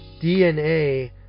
DNA